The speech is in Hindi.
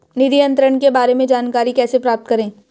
निधि अंतरण के बारे में जानकारी कैसे प्राप्त करें?